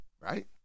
right